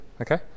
Okay